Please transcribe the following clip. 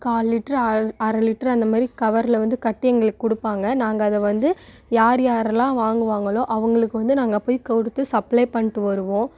கால் litre அல் அரை litre அந்தமாரி கவர்ல வந்து கட்டி எங்களுக்கு கொடுப்பாங்க நாங்கள் அதை வந்து யார் யார்லாம் வாங்குவாங்களோ அவங்களுக்கு வந்து நாங்கள் போய் கொடுத்து சப்ளே பண்ணிட்டு வருவோம்